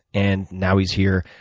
and now he's here.